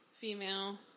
female